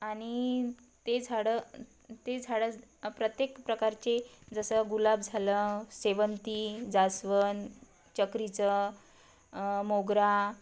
आणि ते झाडं ते झाडं प्रत्येक प्रकारचे जसं गुलाब झालं शेवंती जास्वंद चकरीचं मोगरा